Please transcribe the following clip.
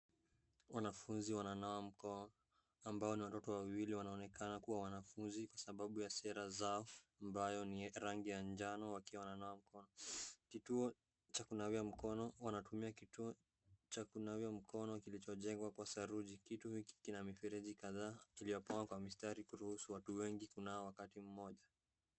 Wanafunzi wana nawa mkono ambao ni watoto wawili wanaonekana kuwa ni wanafunzi kwa sababu ya sare. Ambayo ni rangi ya jano wakiwa wananawa mkono. Kituo cha kunawia mkono, wanatumia kituo cha kilicho jengwa kwa saruji. Kituo hiki kina mifereji kadhaa iliyopangwa kwa mistari kuruhusu watu wengi kunawa wakati mmoja.